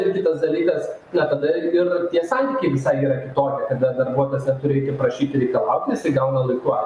ir kitas dalykas na kada ir tie santykiai visai yra kitokie kada darbuotasi dar turi ir prašyti reikalauti jisai gauna laiku